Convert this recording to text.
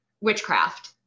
witchcraft